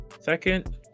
second